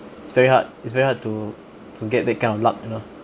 it's very hard it's very hard to to get that kind of luck you know